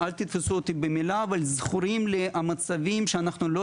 אל תתפסו אותי במילה אבל זכורים לי מצבים שאנחנו לא